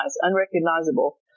unrecognizable